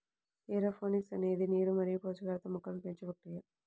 aeroponics అనేది నీరు మరియు పోషకాలతో మొక్కలను పెంచే ప్రక్రియ